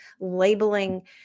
labeling